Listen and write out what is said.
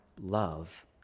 love